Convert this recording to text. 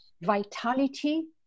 vitality